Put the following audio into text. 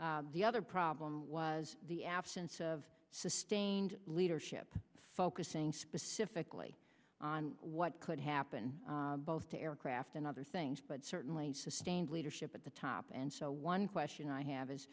the other problem was the absence of sustained leadership focusing specifically on what could happen both to aircraft and other things but certainly sustained leadership at the top and so one question i have is